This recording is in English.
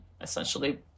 essentially